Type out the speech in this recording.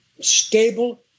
stable